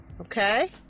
Okay